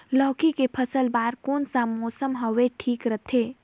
लौकी के फसल बार कोन सा मौसम हवे ठीक रथे?